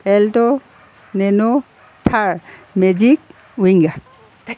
alto nano Thar magic winger